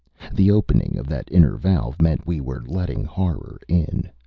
the opening of that inner valve meant we were letting horror in.